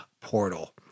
portal